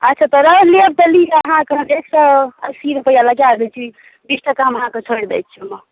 अच्छा तऽ रोहु लेब तऽ लिअ अहाँके हम एक सए अस्सीए रुपआ लगाए दै छी बीस टका हम अहाँके छोड़ि दै छी ओहिमे